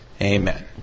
Amen